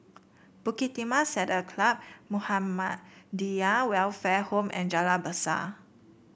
Bukit Timah Saddle Club Muhammadiyah Welfare Home and Jalan Besar